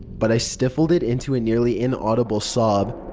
but i stifled it into a nearly inaudible sob.